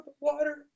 water